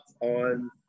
on